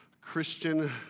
Christian